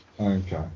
Okay